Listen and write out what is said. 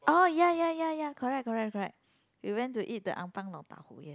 orh ya ya ya ya correct correct correct we went to eat the Ampang Yong-Tau-Fu ya